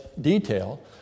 detail